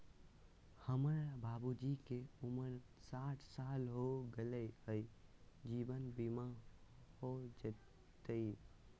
हमर बाबूजी के उमर साठ साल हो गैलई ह, जीवन बीमा हो जैतई?